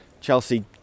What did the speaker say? Chelsea